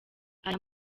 aya